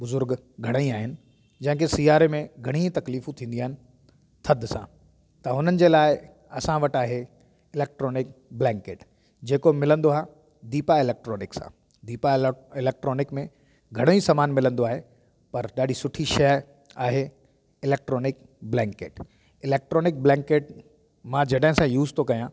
बुज़ुर्ग घणेई आहिनि जंहिंखे सियारे में घणेई तकलीफूं थींदी आहिनि थधि सां त उनजे लाइ असां वटि आहे इलेक्ट्रॉनिक ब्लेंकेट जेको मिलंदो आहे दीपा इलेक्ट्रॉनिक्स सां दीपा इलेक्ट्रॉनिक्स में घणेई सामान मिलंदो आहे पर ॾाढी सुठी शइ आहे आहे इलेक्ट्रॉनिक ब्लेंकेट इलेक्ट्रॉनिक ब्लेंकेट मां जॾहिं सां यूज़ थो कयां